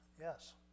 Yes